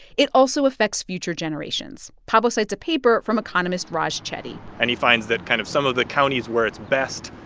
it also affects future generations. paavo cites a paper from economist raj chetty and he finds that kind of some of the counties where it's best,